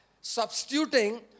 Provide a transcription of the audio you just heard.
substituting